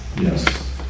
Yes